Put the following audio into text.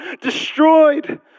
destroyed